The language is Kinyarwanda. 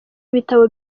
ibitabo